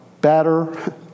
better